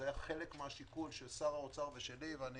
זה היה חלק מהשיקול של שר האוצר ושלי, ואני